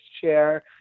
chair